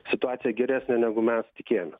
situacija geresnė negu mes tikėjomės